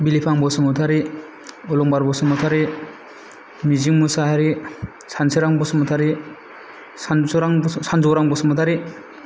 Bilifang Basumatary Alambar Basumatary Mijing Mosahary Sansorang Basumatary Sansorang Sanjaorang Basumatary